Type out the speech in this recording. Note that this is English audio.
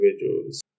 individuals